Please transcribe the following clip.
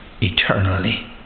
eternally